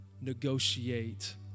negotiate